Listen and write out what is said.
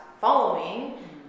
following